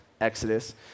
Exodus